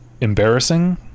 embarrassing